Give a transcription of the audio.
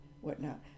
whatnot